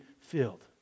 filled